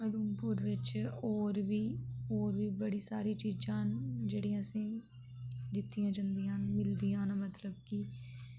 उधमपुर बिच्च होर बी होर बी बड़ी सारी चीजां न जेह्ड़ियां असेंगी दित्तियां जंदियां न मिलदियां न मतलब कि